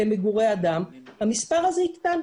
למגורי אדם, המספר הזה יקטן.